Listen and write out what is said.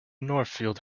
northfield